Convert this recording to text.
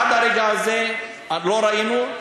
עד הרגע הזה לא ראינו,